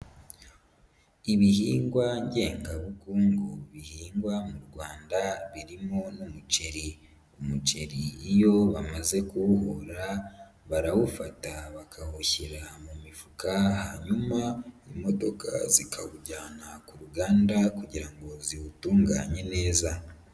Ibihingwa ngengabukungu bihingwa mu Rwanda birimo n'umuceri. Umuceri iyo bamaze kuwuhora, barawufata bakawushyira mu mifuka, hanyuma imodoka zikawujyana ku ruganda kugira ngo ziwutunganye neza.